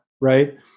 right